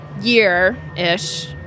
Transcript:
year-ish